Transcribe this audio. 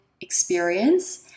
experience